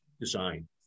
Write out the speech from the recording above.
design